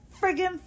friggin